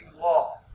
law